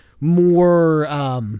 more